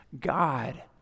God